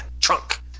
trunk